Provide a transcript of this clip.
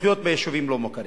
ולחיות ביישובים לא-מוכרים.